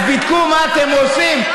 אז בדקו מה אתם עושים,